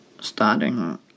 starting